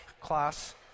class